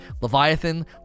Leviathan